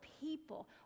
people